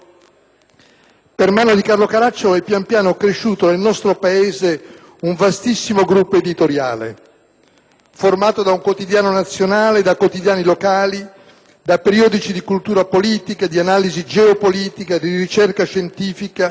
per mano di Carlo Caracciolo è pian piano cresciuto nel nostro Paese un vastissimo gruppo editoriale, formato da un quotidiano nazionale, da quotidiani locali, da periodici di cultura politica, di analisi geopolitica, di ricerca scientifica,